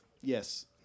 Yes